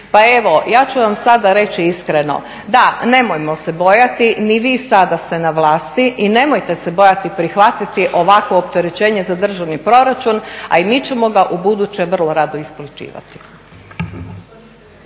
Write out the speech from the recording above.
Pa evo ja ću vam sada reći iskreno. Da, nemojmo se bojati. I vi sada ste na vlasti i nemojte se bojati prihvatiti ovakvo opterećenje za državni proračun, a i mi ćemo ga ubuduće vrlo rado isplaćivati.